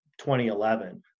2011